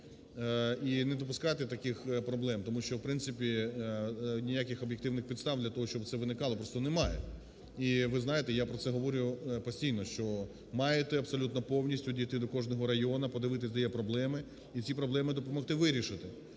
І не допускати таких проблем. Тому що в принципі ніяких об'єктивних підстав для того, щоб це виникало, просто немає. І ви знаєте, я про це говорю постійно. Що маєте абсолютно повністю дійти до кожного району, подивитись, де є проблеми і ці проблеми допомогти вирішити.